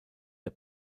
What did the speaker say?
der